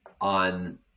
on